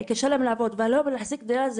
קשה להם לעבוד ולהחזיק דירה בתל אביב